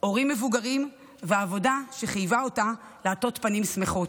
הורים מבוגרים ועבודה שחייבה אותה לעטות פנים שמחות,